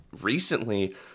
recently